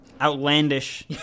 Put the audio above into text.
outlandish